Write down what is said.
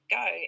go